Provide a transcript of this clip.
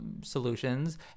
solutions